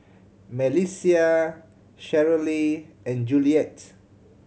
Melissia Cheryle and Juliet